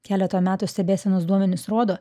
keleto metų stebėsenos duomenys rodo